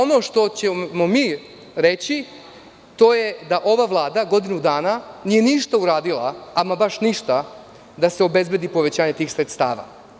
Ono što ćemo mi reći to je da ova Vlada godinu dana nije ništa uradila, ama baš ništa da se obezbedi povećanje tih sredstava.